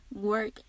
Work